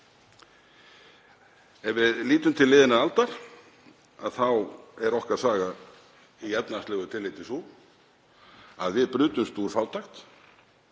Ef við lítum til liðinnar aldar þá er okkar saga í efnahagslegu tilliti sú að við brutumst úr fátækt